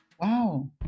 Wow